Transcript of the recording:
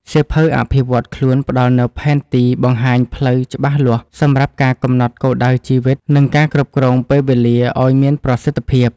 សៀវភៅអភិវឌ្ឍខ្លួនផ្ដល់នូវផែនទីបង្ហាញផ្លូវច្បាស់លាស់ សម្រាប់ការកំណត់គោលដៅជីវិត និងការគ្រប់គ្រងពេលវេលាឱ្យមានប្រសិទ្ធភាព។